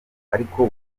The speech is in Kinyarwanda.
ariko